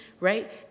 Right